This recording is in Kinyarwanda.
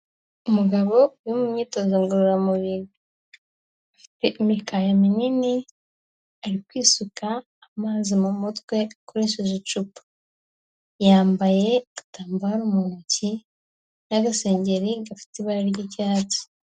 Umugabo uri mu myitozo ngororamubiri, afite imikaya minini. Ari kwisuka amazi mu mutwe akoresheje icupa, yambaye agatambaro mu ntoki n'agasengeri gafite ibara ry'icyatsi.